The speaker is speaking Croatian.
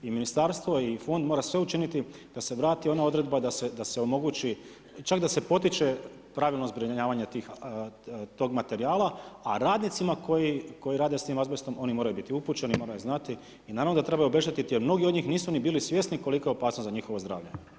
I ministarstvo i fond mora sve učiniti da se vrati ona odredba da se omogućiti, čak da se potiče pravilno zbrinjavanje tog materijala, a radnicima koji rade s tim azbestom moraju biti upućeni, moraju znati i naravno da trebaju obeštetiti, jer mnogi od njih nisu ni bili svjesni kolika je opasnost za njihovo zdravlje.